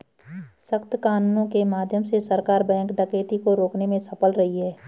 सख्त कानूनों के माध्यम से सरकार बैंक डकैती को रोकने में सफल रही है